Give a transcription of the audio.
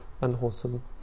unwholesome